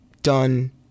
done